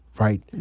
right